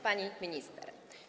Pani Minister!